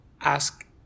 ask